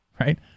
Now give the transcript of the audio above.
right